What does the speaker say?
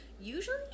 usually